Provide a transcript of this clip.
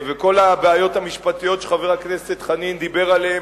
כל הבעיות המשפטיות שחבר הכנסת חנין דיבר עליהן,